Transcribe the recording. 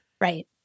Right